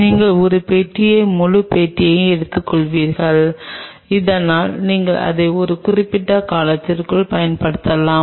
நீங்கள் ஒரு பெட்டியை முழு பெட்டியையும் எடுத்துக்கொள்வீர்கள் இதனால் நீங்கள் அதை ஒரு குறிப்பிட்ட காலத்திற்குள் பயன்படுத்தலாம்